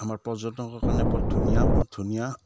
আমাৰ পৰ্যটকৰ কাৰণে বহুত ধুনীয়া ধুনীয়া